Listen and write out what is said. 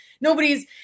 nobody's